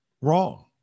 wrong